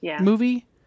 movie